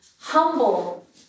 humble